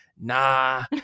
nah